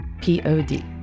P-O-D